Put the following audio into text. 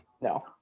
no